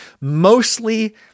mostly